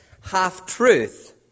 half-truth